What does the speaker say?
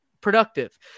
productive